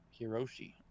Hiroshi